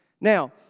Now